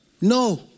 No